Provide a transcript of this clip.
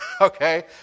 okay